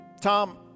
Tom